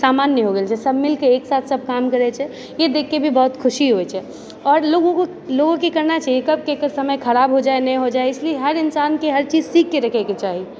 सामान्य हो गेल छै सब मिलके एकसाथ काम करैछे ई देखिके भी बहुत खुशी होइत छै आओर लोगोकेँ लोगोकेँ इ करना चाहिए कब केकर समय खराब हो जाए नहि हो जाए इसलिए हर इन्सानके हरचीज सिखके रखएके चाही